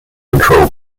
control